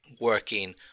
working